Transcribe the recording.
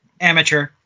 amateur